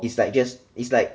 it's like just it's like